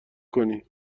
کنی